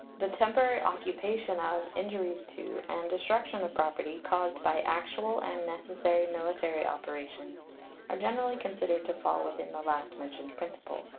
the temporary occupation of, injuries to, and destruction of property caused by actual and necessary military operations are generally considered to fall within the last-mentioned principle.